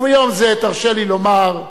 וביום זה תרשה לי לומר,